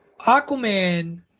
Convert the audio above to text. Aquaman